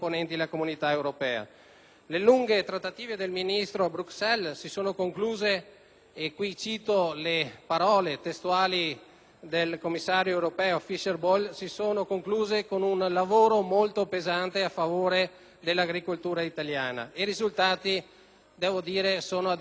Le lunghe trattative del Ministro a Bruxelles si sono concluse, e qui cito le parole testuali del commissario europeo Fischer Boel, con un lavoro molto pesante a favore dell'agricoltura italiana. I risultati di tale lavoro, bisogna ammetterlo, sono a dir poco eccezionali: